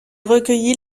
recueillit